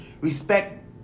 respect